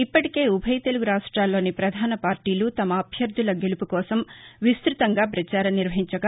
ఇప్పటికే ఉభయ తెలుగు రాష్టాల్లోని పధాన పార్టీలు తమ అభ్యర్దుల గెలుపు కోసం విసృతంగా ప్రచారం నిర్వహించగా